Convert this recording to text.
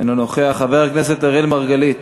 אינו נוכח, חבר הכנסת אראל מרגלית,